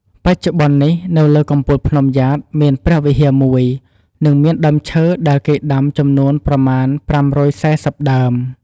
បច្ចុប្បន្ននេះនៅលើកំពូលភ្នំយ៉ាតមានព្រះវិហារមួយ និងមានដើមឈើដែលគេដាំចំនួនប្រមាណ ៥៤០ដើម។